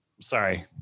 sorry